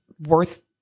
worth